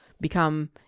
become